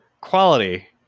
quality